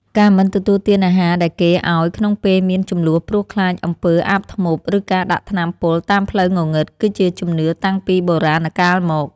ការមិនទទួលទានអាហារដែលគេឱ្យក្នុងពេលមានជម្លោះព្រោះខ្លាចអំពើអាបធ្មប់ឬការដាក់ថ្នាំពុលតាមផ្លូវងងឹតគឺជាជំនឿតាំងពីបុរាណមក។